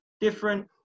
different